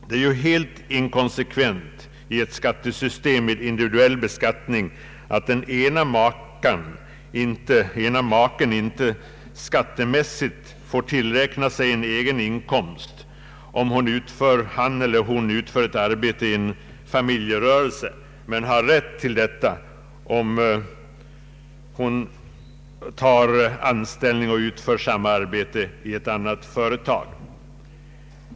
Det är helt inkonsekvent i ett skattesystem med individuell beskattning, att den ena maken inte skattemässigt får tillgodoräkna sig en egen inkomst, om han eller hon utför ett arbete i en familjerörelse, men har den rätten om vederbörande tar anställning och utför samma arbete i ett annat företag.